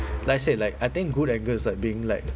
like I said like I think good anger is like being like